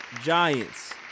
Giants